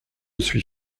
suis